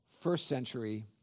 first-century